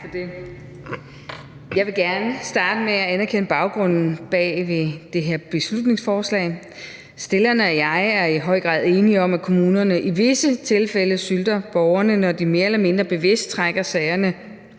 Jeg vil gerne starte med at anerkende baggrunden for det her beslutningsforslag. Stillerne og jeg er i høj grad enige om, at kommunerne i visse tilfælde sylter borgerne, når de mere eller mindre bevidst trækker sagerne